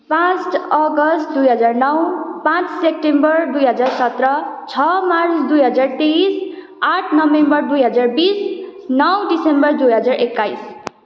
पाँच अगस्ट दुई हजार नौ पाँच सेप्टेम्बर दुई हजार सत्र छ मार्च दुई हजार तेइस आठ नोभेम्बर दुई हजार बिस नौ डिसेम्बर दुई हजार एक्काइस